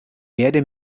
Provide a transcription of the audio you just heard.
werde